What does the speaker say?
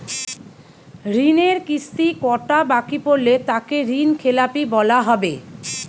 ঋণের কিস্তি কটা বাকি পড়লে তাকে ঋণখেলাপি বলা হবে?